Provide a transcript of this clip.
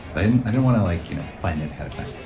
but and i didn't want to like you know plan it ahead of time.